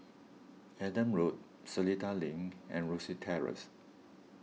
Adam Road Seletar Link and Rosyth Terrace